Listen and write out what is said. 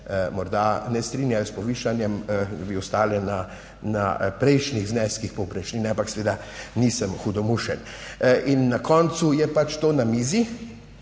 morda ne strinjajo s povišanjem, bi ostale na prejšnjih zneskih povprečnine, ampak seveda nisem hudomušen. In na koncu je pač to na mizi.